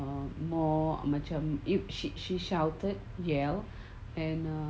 um more macam if she she shouted yell and err